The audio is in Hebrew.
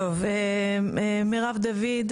מירב דוד,